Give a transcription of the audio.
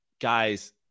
guys